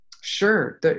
Sure